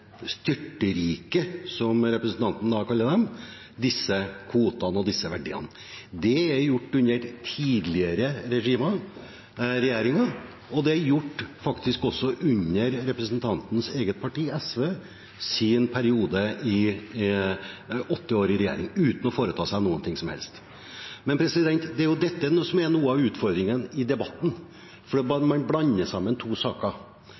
kvotene og disse verdiene. Det er gjort under tidligere regjeringer, og det er gjort faktisk også under representantens eget parti SVs periode i åtte år i regjering uten at de foretok seg noen ting som helst. Det er jo dette som er noe av utfordringen i debatten, at man blander sammen to saker.